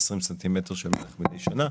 20 סנטימטר של מלח מידי שנה,